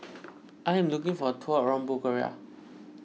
I am looking for a tour around Bulgaria